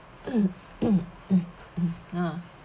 ah